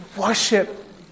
worship